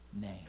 name